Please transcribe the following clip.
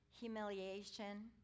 humiliation